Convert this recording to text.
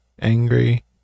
angry